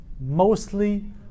mostly